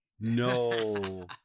no